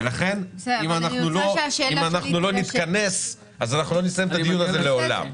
לכן אם לא נתכנס, לא נסיים את הדיון לעולם.